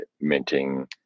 minting